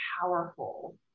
powerful